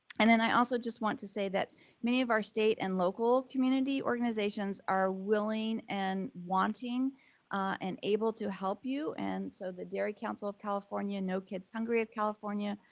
and then i also just want to say that many of our state and local community organizations are willing and wanting and able to help you and so, the dairy council of california, no kids hungry of california,